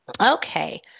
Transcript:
okay